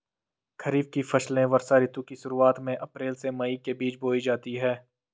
खरीफ की फसलें वर्षा ऋतु की शुरुआत में, अप्रैल से मई के बीच बोई जाती हैं